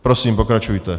Prosím pokračujte.